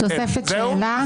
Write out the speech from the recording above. תוספת שאלה.